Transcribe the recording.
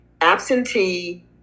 absentee